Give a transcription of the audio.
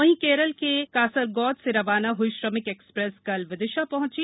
वहीं केरल के कासरगौद से रवाना हुई श्रमिक एक्सप्रेस कल विदिशा पहुंची